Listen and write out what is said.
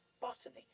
botany